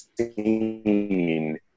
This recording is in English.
seen